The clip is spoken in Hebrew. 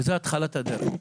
וזה התחלת הדרך.